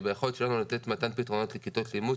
ויכול להיות שיהיה לנו לתת מתן פתרונות לכיתות לימוד,